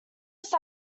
just